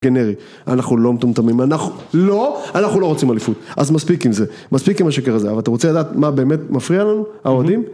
אנחנו לא מטומטמים, אנחנו לא, אנחנו לא רוצים אליפות, אז מספיק עם זה, מספיק עם השקר הזה, אבל אתה רוצה לדעת מה באמת מפריע לנו, האוהדים?